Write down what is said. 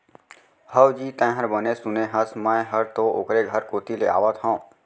हवजी, तैंहर बने सुने हस, मैं हर तो ओकरे घर कोती ले आवत हँव